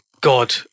God